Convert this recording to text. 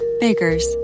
Baker's